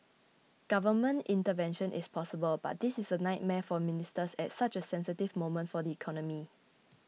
government intervention is possible but this is a nightmare for ministers at such a sensitive moment for the economy